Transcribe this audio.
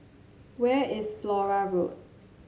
where is Flora Road